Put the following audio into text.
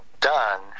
done